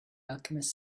alchemist